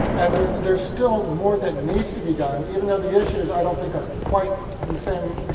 and there's there's still more that needs to be done, even though the issues, i don't think, are quite the same,